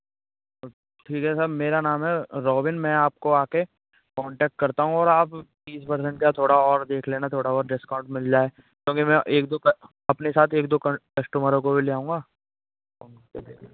ठीक है सर मेरा नाम है रॉबिन मैं आपको आकर कॉन्टैक्ट करता हूँ और आप तीस परसेंट का थोड़ा और देख लेना थोड़ा बहुत डिस्काउंट मिल जाए क्योंकि मैं एक दो अपने साथ एक दो कस्टमरों को भी ले आऊँगा और